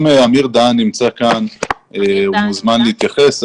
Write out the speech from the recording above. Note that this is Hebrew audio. אם אמיר דהן נמצא כאן, הוא מוזמן להתייחס.